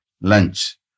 lunch